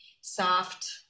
soft